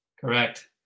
Correct